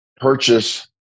purchase